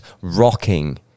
rocking